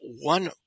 one